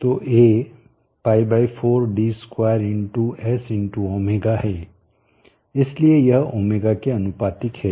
तो a π 4 d2 × s × ω है इसलिए यह ω के आनुपातिक है